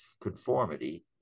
conformity